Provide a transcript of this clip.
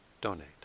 donate